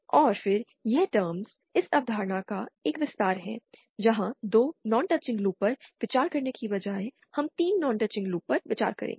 और फिर यह टर्म्स इस अवधारणा का एक विस्तार है जहां 2 नॉन टचिंग लूप पर विचार करने के बजाय हम 3 नॉन टचिंग लूप पर विचार करेंगे